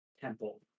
temple